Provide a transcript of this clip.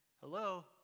hello